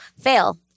fail